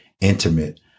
intimate